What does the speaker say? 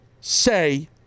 say